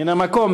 מן המקום.